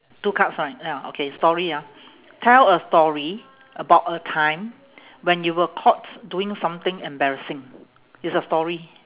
two cards ah ya okay story ah tell a story about a time when you were caught doing something embarrassing it's a story